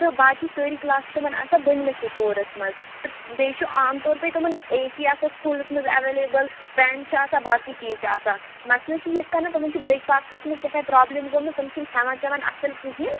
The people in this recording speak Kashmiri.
تہٕ باقٕے سٲری کٕلاس چھِ تمن آسان بٔنمسٕے پوہرس منز بیٚیہِ چھِ عام طور پر تِمن آے سی آسان سکوٗلس منٛز ایویلیبل فین چھِ آسان باقٕے چیٖز چھِ آسان مَسلہ چھِ یِتھ کَنن تمن چھُ بریکفاسٹس منز کٮ۪تھانۍ پرابلم گٔمٕژ تِم چھِنہٕ کھٮ۪وان چٮ۪وان اصل کِہینۍ